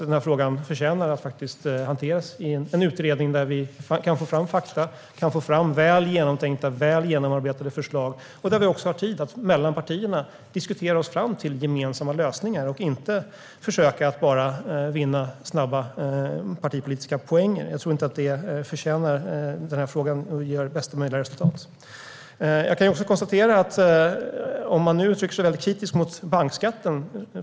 Denna fråga förtjänar att hanteras i en utredning där vi kan få fram fakta och väl genomtänkta och genomarbetade förslag och där vi också har tid att mellan partierna diskutera oss fram till gemensamma lösningar i stället för att försöka att vinna snabba partipolitiska poäng - jag tror nämligen inte att detta ger de resultat som frågan förtjänar. Sten Bergheden uttryckte sig kritiskt mot bankskatten.